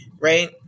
right